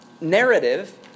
narrative